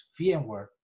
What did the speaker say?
VMware